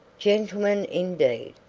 gentleman, indeed!